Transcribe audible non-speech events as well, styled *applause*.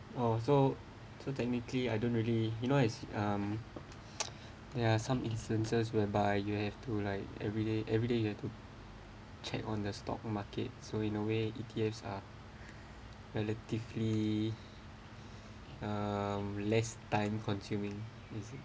oh so so technically I don't really you know as um *noise* ya some instances whereby you have to like everyday everyday you have to check on the stock market so in a way E_T_Fs are relatively uh less time consuming